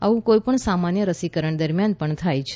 આવું કોઈપણ સામાન્ય રસીકરણ દરમિયાન પણ થાય છે